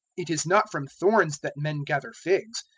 it is not from thorns that men gather figs,